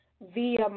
via